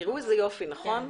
תראו איזה יופי, נכון?